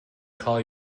call